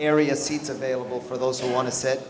area seats available for those who want to s